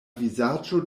vizaĝo